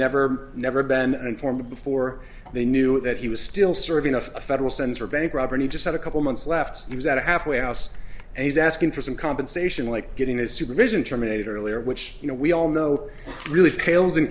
never never been an informant before they knew that he was still serving a federal sense for bank robbery he just had a couple months left he was at a halfway house and he's asking for some compensation like getting his supervision terminated earlier which you know we all know really pales in